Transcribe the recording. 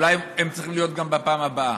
אולי הם צריכים להיות גם בפעם הבאה,